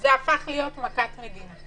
זה הפך להיות מכת מדינה,